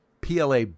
PLA